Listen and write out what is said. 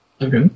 Okay